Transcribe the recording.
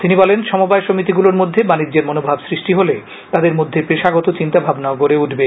তিনি বলেন সমবায় সমিতিগুলির মধ্যে বাণিজ্যের মনোভাব সৃষ্টি হলে তাদের মধ্যে পেশাগত চিন্তাভাবনাও গড়ে উঠবে